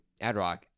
Adrock